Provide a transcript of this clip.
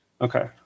okay